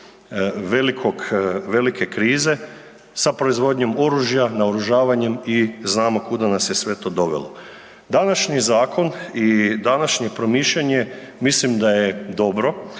velike krize sa proizvodnjom oružja, naoružavanjem i znamo kuda nas je sve to dovelo. Današnji zakon i današnje promišljanje mislim da je dobro